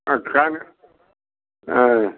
కానీ